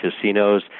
casinos